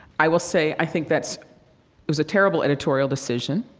i will say, i think that's it was a terrible editorial decision.